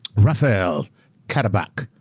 raphael cattaback